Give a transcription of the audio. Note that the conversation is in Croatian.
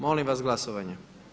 Molim vas glasovanje.